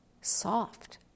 soft